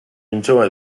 enjoy